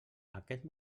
aquest